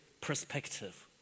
perspective